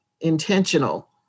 intentional